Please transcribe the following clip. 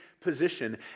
position